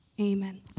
amen